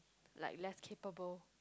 like less capable